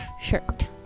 Shirt